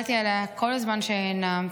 הסתכלתי עליה כל הזמן שנאמתי,